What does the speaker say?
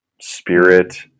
spirit